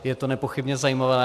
Je to nepochybně zajímavé.